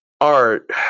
art